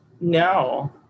No